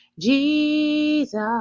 Jesus